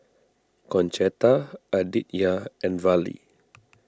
Concetta Aditya and Vallie